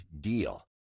DEAL